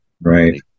Right